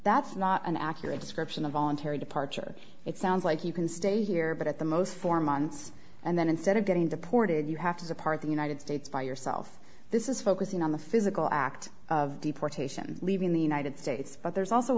that's not an accurate description of voluntary departure it sounds like you can stay here but at the most four months and then instead of getting deported you have to depart the united states by yourself this is focusing on the physical act of deportation leaving the united states but there's also